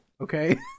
okay